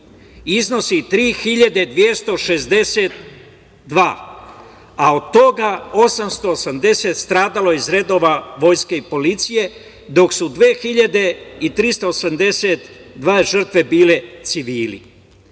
iznosi 3.262, a od toga 880 stradalo je iz redova vojske i policije, dok su 2.382 žrtve bile civili. Najviše